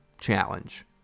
Challenge